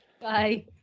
Bye